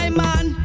man